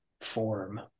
form